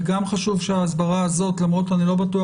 חשוב שההסברה הזאת למרות שאני לא בטוח